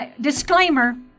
Disclaimer